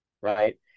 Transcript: right